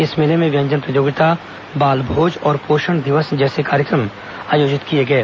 इस मेले में व्यंजन प्रतियोगिता बालभोज और पोषण दिवस जैसे कार्यक्रम आयोजित किए गए